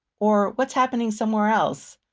or what's happening somewhere else?